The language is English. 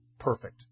Perfect